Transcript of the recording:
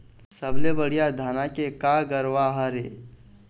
सबले बढ़िया धाना के का गरवा हर ये?